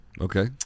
Okay